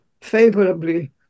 favorably